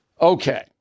Okay